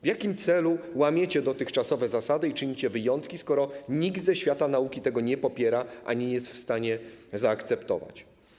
W jakim celu łamiecie dotychczasowe zasady i czynicie wyjątki, skoro nikt ze świata nauki tego nie popiera ani nie jest w stanie zaakceptować?